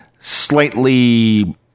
slightly